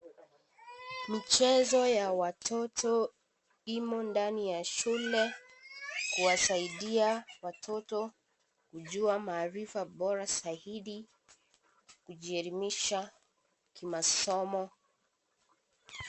Michezo ya watoto imo ndani ya shule kuwasaidia watoto kujua maarifa bora zaidi, kujielimisha kimasomo.